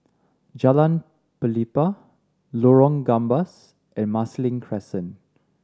Jalan Pelepah Lorong Gambas and Marsiling Crescent